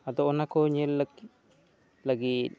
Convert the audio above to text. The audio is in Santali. ᱟᱫᱚ ᱚᱱᱟ ᱠᱚ ᱧᱮᱞ ᱞᱟᱹᱜᱤᱫ ᱞᱟᱹᱜᱤᱫ